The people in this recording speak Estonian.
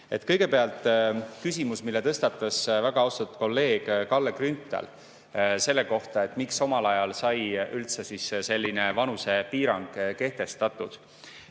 Kõigepealt küsimus, mille tõstatas väga austatud kolleeg Kalle Grünthal selle kohta, miks omal ajal sai üldse selline vanusepiirang kehtestatud.